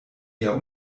eher